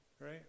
right